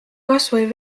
kasvõi